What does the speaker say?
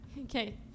Okay